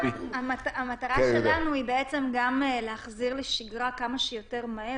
המטרה שלנו היא בעצם להחזיר לשגרה כמה שיותר מהר